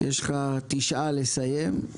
יש לך תשעה לסיים.